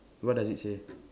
what does it say